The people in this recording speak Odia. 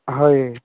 ହଏ